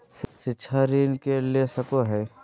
शिक्षा ऋण के ले सको है?